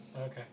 Okay